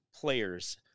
players